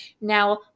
Now